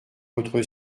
votre